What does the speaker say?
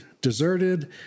deserted